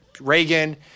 Reagan